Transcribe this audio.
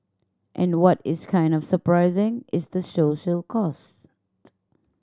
and what is kind of surprising is the social cost